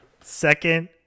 second